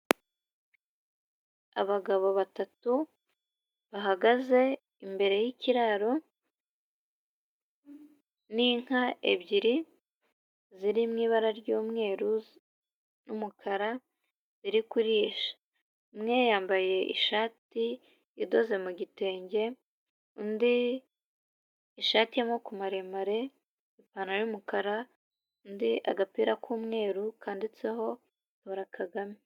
Abagabo batatu bahagaze imbere y'ikiraro n'inka ebyiri ziri mu ibara ry'umweru n'umukara ziri kurisha; umwe yambaye ishati idoze mu gitenge, undi ishati y'amaboko maremare, ipantaro y'umukara, undi agapira k'umweru kanditseho ''tora Kagame''.